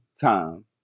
time